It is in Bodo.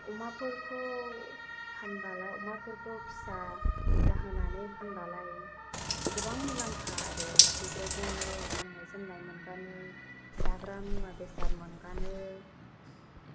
अमाफोरखौ फानबालाय अमाफोरखौ फिसा जाहोनानै फानबालाय गोबां मुलाम्फा आरो बेफोरजोंनो गान्नाय जोमनाय मोनगानो जाग्रा मुवा बेसाद मोनगानो